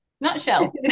Nutshell